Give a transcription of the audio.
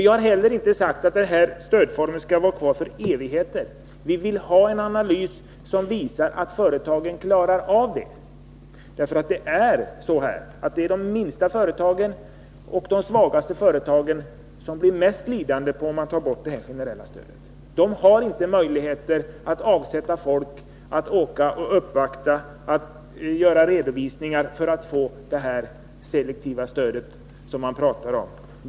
Vi har heller inte sagt att den här stödformen skall vara kvar för evigheter. Vi vill ha en analys som visar att företagen klarar av sin situation. Det är de minsta och svagaste företagen som blir mest lidande om man tar bort det generella stödet. De har inte möjligheter att avsätta folk för att göra uppvaktningar och lägga fram redovisningar för att få det selektiva stöd som man pratar om.